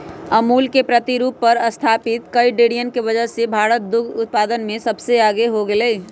अमूल के प्रतिरूप पर स्तापित कई डेरियन के वजह से भारत दुग्ध उत्पादन में सबसे आगे हो गयलय